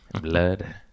blood